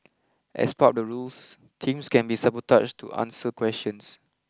as part of the rules teams can be sabotaged to answer questions